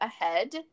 ahead